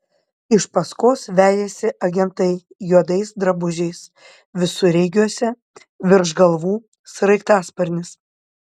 iš paskos vejasi agentai juodais drabužiais visureigiuose virš galvų sraigtasparnis